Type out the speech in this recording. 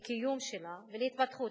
לקיום שלה ולהתפתחות שלה,